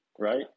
Right